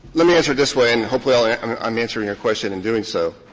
let me answer it this way, and hopefully i'll yeah i'm answering your question in doing so.